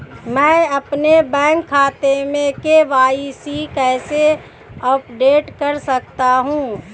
मैं अपने बैंक खाते में के.वाई.सी कैसे अपडेट कर सकता हूँ?